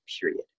period